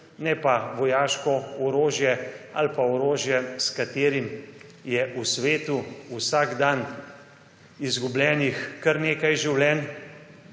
ne pa vojaškega orožja ali pa orožja, s katerim je v svetu vsak dan izgubljenih kar nekaj življenj.